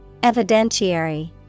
Evidentiary